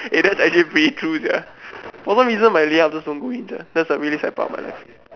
eh that's actually pretty true sia for some reason my layout just don't go in sia that's the really sad part of my life